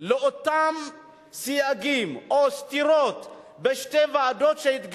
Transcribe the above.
לאותם סייגים או סתירות שהתגלו בשתי ועדות.